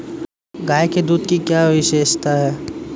गाय के दूध की क्या विशेषता है?